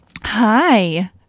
Hi